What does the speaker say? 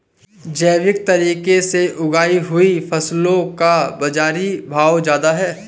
जैविक तरीके से उगाई हुई फसलों का बाज़ारी भाव ज़्यादा है